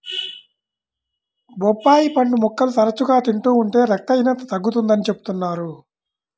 బొప్పాయి పండు ముక్కలు తరచుగా తింటూ ఉంటే రక్తహీనత తగ్గుతుందని చెబుతున్నారు